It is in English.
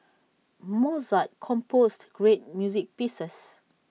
Mozart composed great music pieces